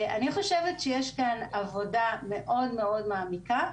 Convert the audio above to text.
אני חושבת שיש כאן עבודה מאוד מעמיקה,